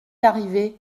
arrivé